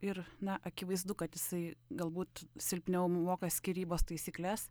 ir na akivaizdu kad jisai galbūt silpniau moka skyrybos taisykles